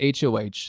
HOH